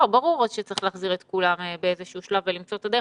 ברור שצריך להחזיר את כולם באיזשהו שלב ולמצוא את הדרך,